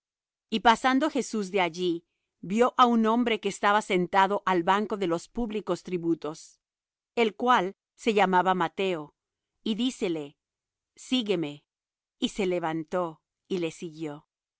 y pasando jesús de allí vió á un hombre que estaba sentado al banco de los públicos tributos el cual se llamaba mateo y dícele sígueme y se levantó y le siguió